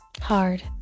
hard